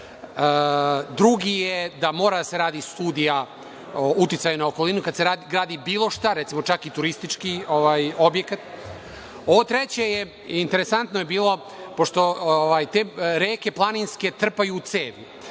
Drugi je da mora da se radi studija uticaja na okolinu kada se gradi bilo šta, recimo, čak i turistički objekat. Ovo treće, interesantno je bilo, pošto te reke planinske trpaju u cevi,